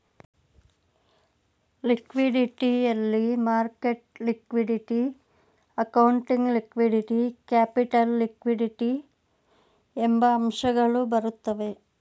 liquidity ಯಲ್ಲಿ market liquidity, accounting liquidity, capital liquidity ಎಂಬ ಅಂಶಗಳು ಬರುತ್ತವೆ